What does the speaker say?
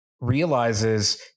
realizes